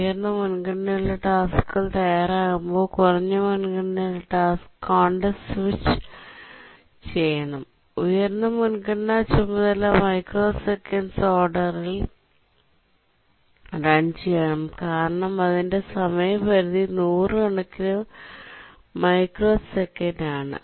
ഉയർന്ന മുൻഗണനയുള്ള ടാസ്ക് തയ്യാറാകുമ്പോൾ കുറഞ്ഞ മുൻഗണനയുള്ള ടാസ്ക് കോണ്ടെസ്റ് സ്വിച്ച് ചെയ്യണം ഉയർന്ന മുൻഗണനാ ചുമതല മൈക്രോസെക്കൻഡ്സ് ഓർഡറിൽ റൺ ചെയ്യണം കാരണം അതിന്റെ സമയപരിധി നൂറു കണക്കിന് മൈക്രോസെക്കണ്ട ആണ്